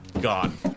gone